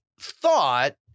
thought